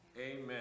Amen